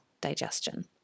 digestion